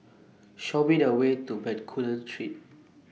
Show Me The Way to Bencoolen Street